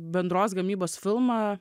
bendros gamybos filmą